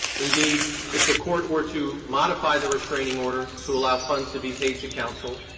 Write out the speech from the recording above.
indeed, if the court were to modify the restraining order to allow funds to be paid to counsel,